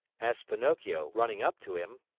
asked pinocchio, running up to him.